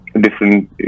different